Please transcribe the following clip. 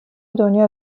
دنیا